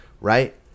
Right